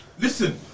listen